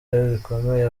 bikomeye